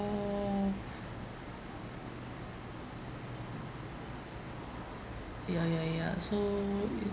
ya ya ya so